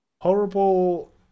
horrible